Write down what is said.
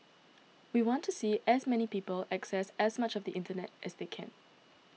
we want to see as many people access as much of the internet as they can